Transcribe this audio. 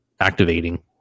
activating